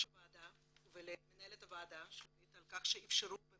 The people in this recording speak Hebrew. הוועדה ולמנהלת הוועדה שלומית על כך שאפשרו את